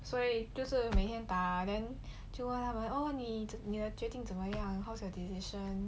所以就是每天打 then 就问他们 lor 你决定怎么样 what's your decision